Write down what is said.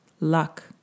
luck